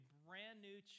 brand-new